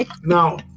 Now